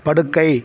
படுக்கை